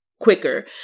quicker